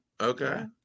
Okay